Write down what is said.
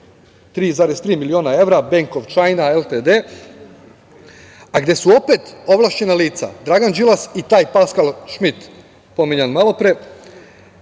3,3 miliona evra „Benk of Čajna Ltd“, a gde su opet ovlašćena lica Dragan Đilas i taj Paskal Šmit, pominjan malopre,